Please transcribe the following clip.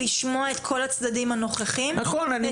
המטרה היא לשמוע את כל הצדדים הנוכחים כדי